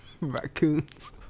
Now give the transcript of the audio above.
Raccoons